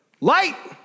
Light